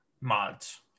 mods